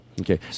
Okay